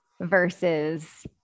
versus